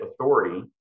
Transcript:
authority